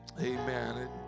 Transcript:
Amen